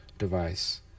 device